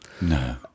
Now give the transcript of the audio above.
no